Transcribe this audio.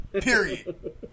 Period